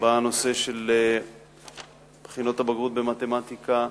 בנושא בחינות הבגרות במתמטיקה,